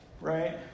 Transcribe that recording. right